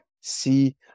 see